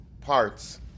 parts